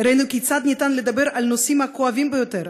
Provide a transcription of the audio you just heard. הראינו כיצד אפשר לדבר על הנושאים הכואבים ביותר,